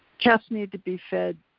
cats need to be fed